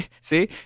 see